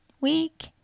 week